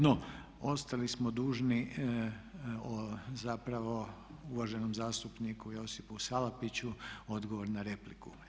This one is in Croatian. No ostali smo dužni zapravo uvaženom zastupniku Josipu Salapiću odgovor na repliku.